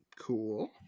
Cool